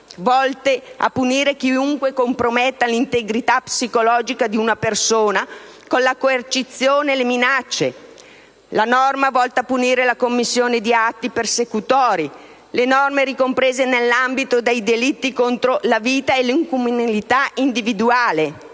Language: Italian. volte a punire chiunque comprometta l'integrità psicologica di una persona con la coercizione e le minacce; la norma volta a punire la commissione di atti persecutori; le norme ricomprese nell'ambito dei delitti contro la vita e l'incolumità individuale,